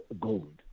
gold